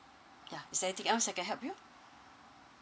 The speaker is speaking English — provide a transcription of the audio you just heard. yeah is there anything else I can help you